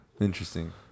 Interesting